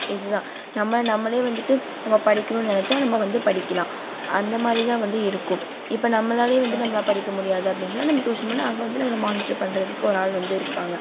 இது தான் நம்ம நம்மளே வந்துட்டு நம்ம படிக்கணுன்னு நினச்சா நம்ம வந்து படிக்கலாம் அந்த மாதிரிதான் வந்து இருக்கும் இப்போ நம்மளாலேயே வந்து நல்லா படிக்க முடியாது அப்படின்னு சொன்னால் நம்ம டியூஷன் போனால் அங்கே வந்து நம்மளை மானிட்டர் பண்ணுறதுக்கு ஒரு ஆள் வந்து இருப்பாங்க